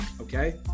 okay